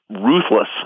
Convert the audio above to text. ruthless